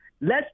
lets